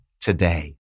today